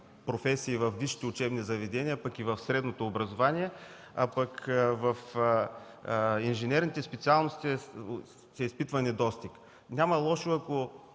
професии във висшите учебни заведения, пък и в средното образование, а в инженерните специалности се изпитва недостиг. Няма да е лошо, ако